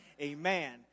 Amen